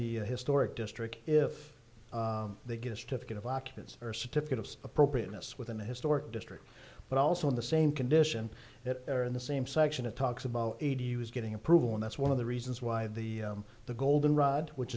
the historic district if they get a certificate of occupancy or certificate of appropriateness within the historic district but also in the same condition that they're in the same section it talks about aid use getting approval and that's one of the reasons why the the goldenrod which